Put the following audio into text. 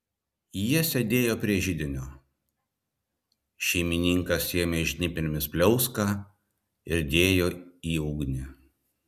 jie sėdėjo prie židinio šeimininkas ėmė žnyplėmis pliauską ir dėjo į ugnį